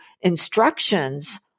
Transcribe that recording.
instructions